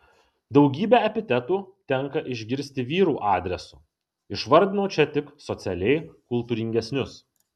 daugybę epitetų tenka išgirsti vyrų adresu išvardinau čia tik socialiai kultūringesnius